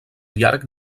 llarg